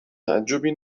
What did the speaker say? تعجبی